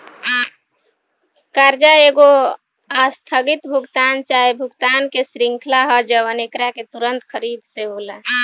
कर्जा एगो आस्थगित भुगतान चाहे भुगतान के श्रृंखला ह जवन एकरा के तुंरत खरीद से होला